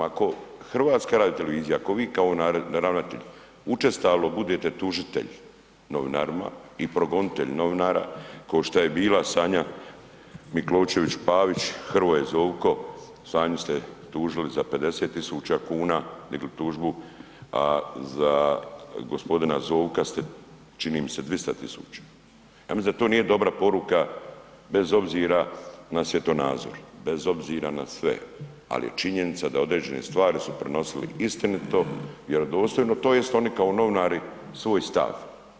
Ako HRT, ako vi kao ravnatelj učestalo budete tužitelj novinarima i progonitelj novinara košto je bila Sanja Mikleuščević Pavić, Hrvoje Zovko, Sanju ste tužili za 50.000,00 kn, digli tužbu, a za g. Zovka ste čini mi se 200.000,00 kn, ja mislim da to nije dobra poruka bez obzira na svjetonazor, bez obzira na sve, al je činjenica da određene stvari su prenosili istinito, vjerodostojno tj. oni kao novinari svoj stav.